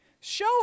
Show